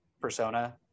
persona